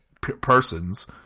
persons